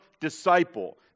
disciple